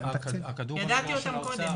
ידעתי אותן קודם.